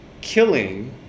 killing